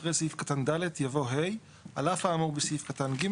אחרי סעיף קטן (ד) יבוא (ה): "על אף האמור בסעיף קטן (ג),